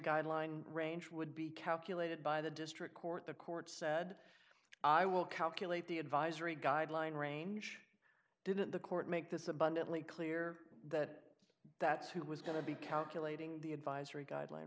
guideline range would be calculated by the district court the court said i will calculate the advisory guideline range didn't the court make this abundantly clear that that's who was going to be calculating the advisory guideline